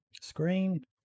screen